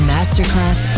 Masterclass